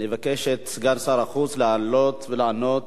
נבקש את סגן שר החוץ לעלות ולענות